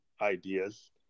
ideas